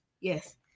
Yes